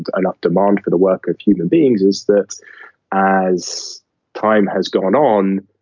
and enough demand for the work of human beings is that as time has gone on,